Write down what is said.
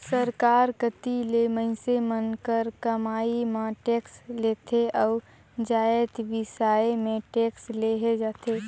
सरकार कती ले मइनसे मन कर कमई म टेक्स लेथे अउ जाएत बिसाए में टेक्स लेहल जाथे